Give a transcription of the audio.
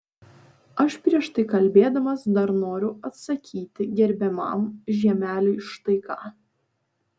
aš prieš tai kalbėdamas dar noriu atsakyti gerbiamam žiemeliui štai ką